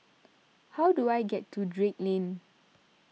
how do I get to Drake Lane